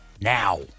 now